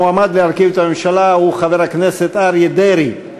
המועמד להרכיב את הממשלה הוא חבר הכנסת אריה דרעי.